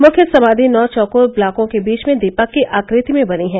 मुख्य समाधि नौ चौकोर ब्लॉकों के बीच में दीपक की आक़ति में बनी है